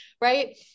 right